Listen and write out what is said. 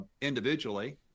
individually